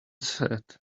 said